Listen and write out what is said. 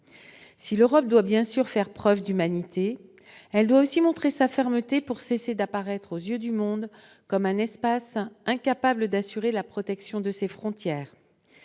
Si l'Europe doit bien sûr faire preuve d'humanité, elle doit aussi montrer sa fermeté pour cesser d'apparaître aux yeux du monde comme un espace incapable d'assurer la protection de ses frontières.